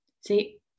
See